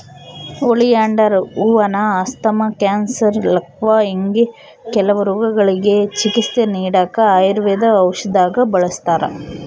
oleander ಹೂವಾನ asthma, cancer, ಲಕ್ವಾ ಹಿಂಗೆ ಕೆಲವು ರೋಗಗುಳ್ಗೆ ಚಿಕಿತ್ಸೆ ನೀಡಾಕ ಆಯುರ್ವೇದ ಔಷದ್ದಾಗ ಬಳುಸ್ತಾರ